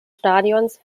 stadions